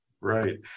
Right